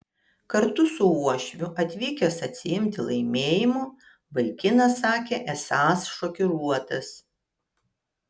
kartu su uošviu atvykęs atsiimti laimėjimo vaikinas sakė esąs šokiruotas